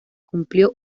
cumplió